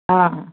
हँ हँ